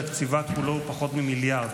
תקציבה כולו הוא פחות ממיליארד,